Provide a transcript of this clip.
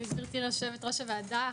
גברתי יושבת-ראש הוועדה,